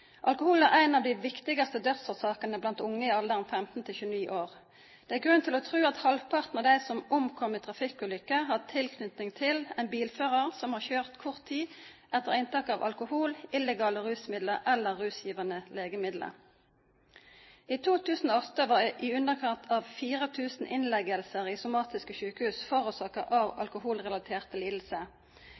Alkohol er en av de viktigste dødsårsakene blant unge i alderen 15–29 år. Det er grunn til å tro at halvparten av dem som omkommer i trafikkulykker, har tilknytning til en bilfører som har kjørt kort tid etter inntak av alkohol, illegale rusmidler eller rusgivende legemidler. I 2008 var i underkant av 4 000 innleggelser i somatiske sykehus forårsaket av alkoholrelaterte